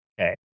Okay